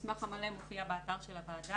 המסמך המלא מופיע באתר של הוועדה.